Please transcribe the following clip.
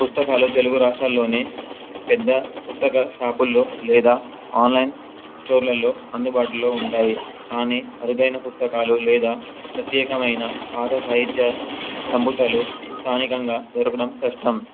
పుస్తకాలు తెలుగు రాష్ట్రంలోని పెద్ద పుస్తక షాపుల్లో లేదా ఆన్లైన్ స్టోర్లలో అందుబాటులో ఉంటాయి కానీ అరుదైన పుస్తకాలు లేదా ప్రత్యేకమైన పాత సాహిత్య సంపుటలు స్థానికంగా దొరకడం కష్టం